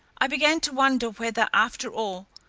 i began to wonder whether, after all,